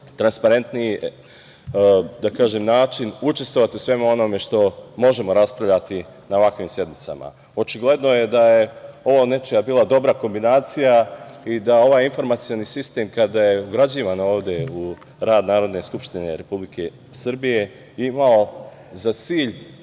transparentniji način učestvovati u svemu onome što možemo raspravljati na ovakvim sednicama. Očigledno je da je ovo bila nečija dobra kombinacija i da ovaj informacioni sistem kada je ugrađivan ovde u rad Narodne skupštine Republike Srbije imao za cilj